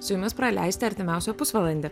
su jumis praleisti artimiausią pusvalandį